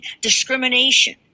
discrimination